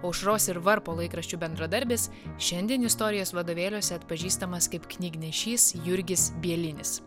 aušros ir varpo laikraščių bendradarbis šiandien istorijos vadovėliuose atpažįstamas kaip knygnešys jurgis bielinis